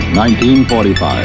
1945